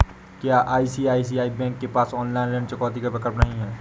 क्या आई.सी.आई.सी.आई बैंक के पास ऑनलाइन ऋण चुकौती का विकल्प नहीं है?